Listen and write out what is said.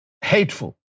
hateful